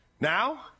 now